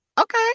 Okay